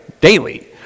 daily